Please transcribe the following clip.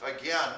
again